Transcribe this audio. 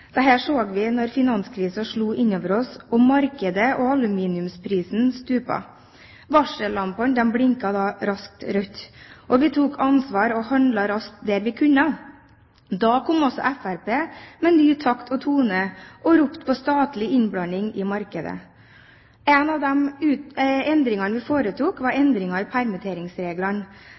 så vi da finanskrisen slo inn over oss, og markedet og aluminiumsprisen stupte. Varsellampene blinket da raskt rødt, og vi tok ansvar og handlet raskt der vi kunne. Da kom også Fremskrittspartiet med nye takter, og ropte på statlig innblanding i markedet. En av endringene vi foretok, var endring i permitteringsreglene.